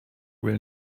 will